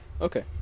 Okay